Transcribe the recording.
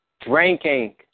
drinking